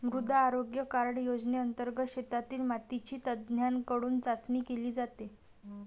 मृदा आरोग्य कार्ड योजनेंतर्गत शेतातील मातीची तज्ज्ञांकडून चाचणी केली जाते